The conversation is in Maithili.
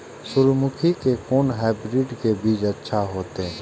सूर्यमुखी के कोन हाइब्रिड के बीज अच्छा होते?